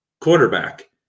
quarterback